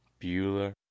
Bueller